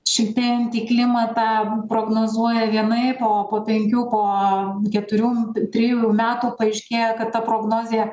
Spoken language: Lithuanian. šiltėjantį klimatą prognozuoja vienaip o po penkių po keturių trijų metų paaiškėja kad ta prognozė